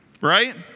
right